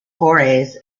forays